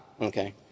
okay